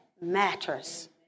matters